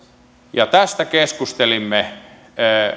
tästä keskustelimme